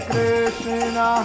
Krishna